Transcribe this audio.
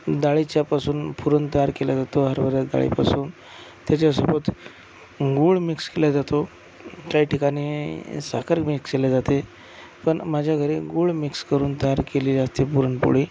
डाळीच्यापासून पुरण तयार केला जातो हरभरा डाळीपासून त्याच्यासोबत गूळ मिक्स केला जातो काही ठिकाणी साखर मिक्स केले जाते पण माझ्या घरी गूळ मिक्स करून तयार केलेली असते पुरणपोळी